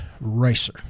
racer